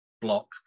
block